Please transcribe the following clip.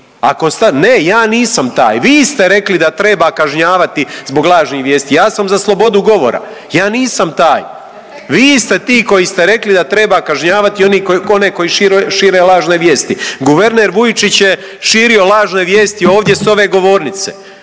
Ne ja nisam taj, vi ste rekli da treba kažnjavati zbog lažnih vijesti, ja sam za slobodu govora, ja nisam taj. Vi ste ti koji ste rekli da treba kažnjavat one koji šire lažne vijesti. Guverner Vujčić je širio lažne vijesti ovdje s ove govornice,